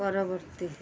ପରବର୍ତ୍ତୀ